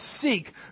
seek